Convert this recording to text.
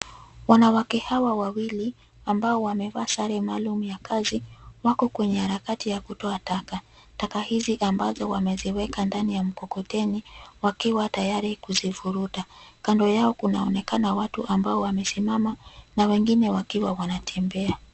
Wanawake hawa wawili ambao wamevaa sare maalum ya kazi wako kwenye harakati ya kutoa taka. Taka hizi ambazo wameziweka ndani ya mkokoteni wakiwa tayari kuzivuruta. Kando yao kunaonekana watu ambao wamesimama na wengine wakiwa wanatembea.